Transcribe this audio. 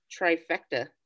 trifecta